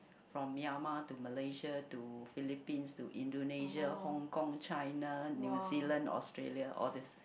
from Myanmar to Malaysia to Philippine to Indonesia Hong Kong China New Zealand Australia all these